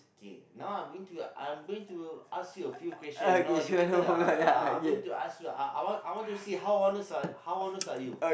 okay now I'm going to I'm going to ask you a few question know you better uh uh I'm going to ask you uh I want I want to see how honest are how honest are you